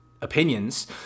opinions